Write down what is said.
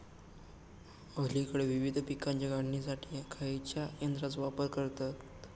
अलीकडे विविध पीकांच्या काढणीसाठी खयाच्या यंत्राचो वापर करतत?